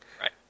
Right